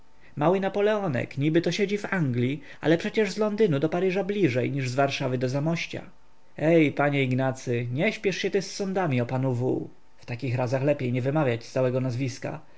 mały napoleonek niby to siedzi w anglii ale przecież z londynu do paryża bliżej niż z warszawy do zamościa ej panie ignacy nie śpiesz się ty z sądami o panu w w takich razach lepiej nie wymawiać całego nazwiska nie potępiaj go